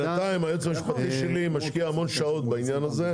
היועץ המשפטי שלי משקיע המון שעות בנושא הזה.